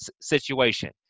situation